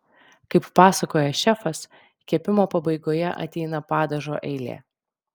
kaip pasakoja šefas kepimo pabaigoje ateina padažo eilė